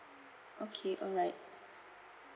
okay alright